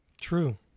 True